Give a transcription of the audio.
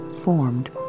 formed